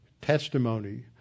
testimony